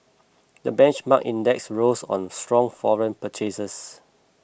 the benchmark index rose on strong foreign purchases